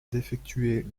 d’effectuer